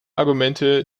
argumente